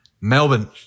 Melbourne